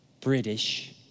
British